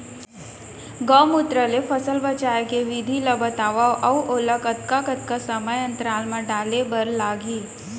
गौमूत्र ले फसल बचाए के विधि ला बतावव अऊ ओला कतका कतका समय अंतराल मा डाले बर लागही?